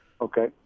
Okay